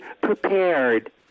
prepared